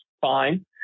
fine